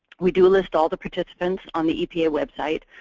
we do list all the participants on the epa website.